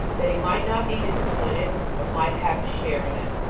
that he might not be disappointed, but might have his share in it.